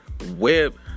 web